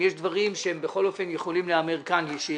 אם יש דברים שבכל אופן יכולים להיאמר כאן שייאמרו.